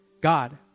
God